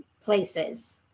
places